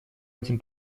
один